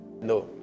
No